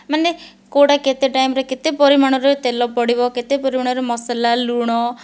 ମାନେ କେଉଁଟା କେତେ ଟାଇମ୍ରେ କେତେ ପରିମାଣରେ ତେଲ ପଡ଼ିବ କେତେ ପରିମାଣରେ ମସଲା ଲୁଣ